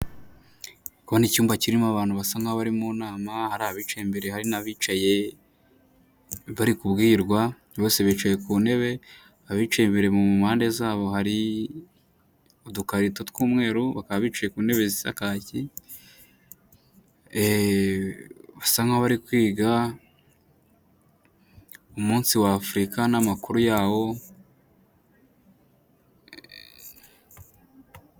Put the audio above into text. Ndikubona icyumba kirimo abantu basa nk'aho bari mu nama, hari abicaye imbere, hari n'abicaye bari kubwirwa, bose bicaye ku ntebe, abicaye imbere mu mpande zabo hari udukarito tw'umweru, bakaba bicaye ku ntebe zis kaki, basa nk'abari kwiga umunsi wa Afurika n'amakuru yawo.